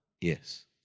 Yes